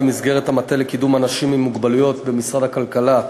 במסגרת המטה לקידום אנשים עם מוגבלויות במשרד הכלכלה,